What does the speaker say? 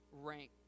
rank